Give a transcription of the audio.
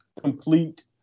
complete